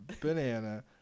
Banana